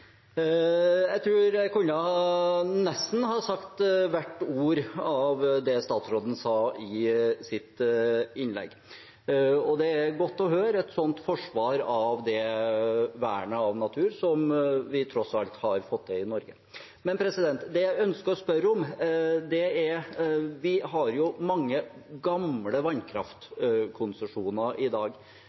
Jeg tror jeg kunne ha sagt nesten hvert ord av det statsråden sa i sitt innlegg. Det er godt å høre et sånt forsvar av vernet av natur som vi tross alt har fått til i Norge. Det jeg ønsker å spørre om, er: Vi har i dag mange gamle vannkraftkonsesjoner gitt i